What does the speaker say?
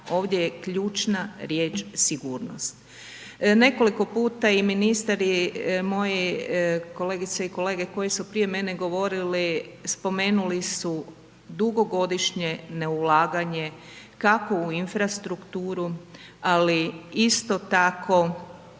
ovdje je ključna riječ sigurnost. Nekoliko puta je i ministar je moj i kolegice i kolege koji su prije mene govorili spomenuli su dugogodišnje neulaganje kako u infrastrukturu ali isto tako